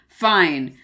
fine